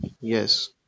Yes